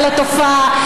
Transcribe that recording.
על התופעה.